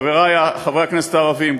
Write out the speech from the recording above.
חברי חברי הכנסת הערבים,